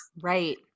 Right